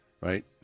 right